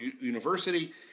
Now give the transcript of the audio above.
University